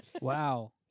Wow